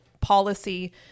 policy